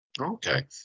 Okay